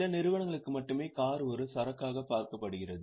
சில நிறுவனங்களுக்கு மட்டுமே கார் ஒரு சரக்காக பார்க்கப்படுகிறது